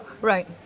Right